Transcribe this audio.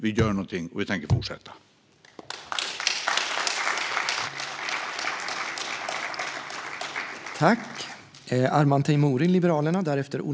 Vi gör någonting, och det tänker vi fortsätta med.